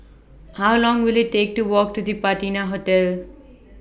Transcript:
How Long Will IT Take to Walk to The Patina Hotel